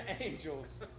angels